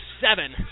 seven